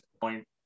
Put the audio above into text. point